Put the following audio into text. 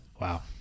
wow